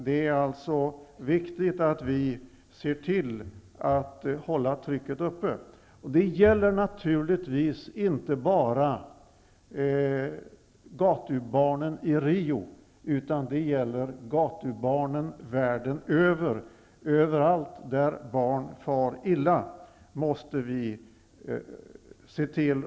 Den här frågan är viktig men det gäller naturligtvis inte bara gatubarnen i Rio utan gatubarnen världen över. Vi måste se till att reagera överallt där barn far illa.